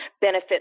benefit